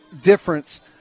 difference